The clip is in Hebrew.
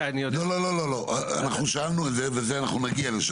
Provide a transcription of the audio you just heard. לא, לא, אנחנו שאלנו על זה ואנחנו נגיע לשם.